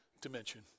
dimension